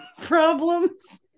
Problems